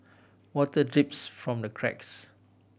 water drips from the cracks